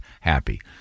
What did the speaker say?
happy